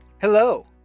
Hello